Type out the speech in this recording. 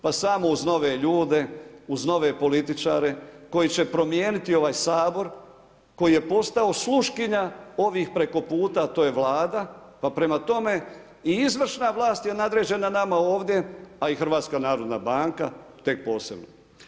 Pa samo uz nove ljude, uz nove političare, koji će promijeniti ovaj Sabor, koji je postao sluškinja, ovih preko puta, a to je Vlada, pa prema tome, i izvršna vlast je nadređena nama ovdje a i HNB tek posebno.